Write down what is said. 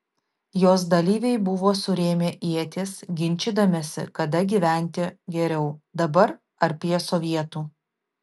jos dalyviai buvo surėmę ietis ginčydamiesi kada gyventi geriau dabar ar prie sovietų